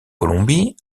colombie